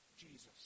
Jesus